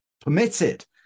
permitted